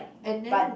and then